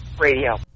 radio